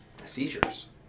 seizures